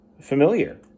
familiar